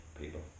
people